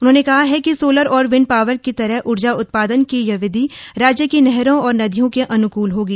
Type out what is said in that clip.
उन्होंने कहा कि सोलर और विंड पावर की तरह ऊर्जा उत्पादन की यह विधि राज्य की नहरों और नदियों के अनुकूल होगी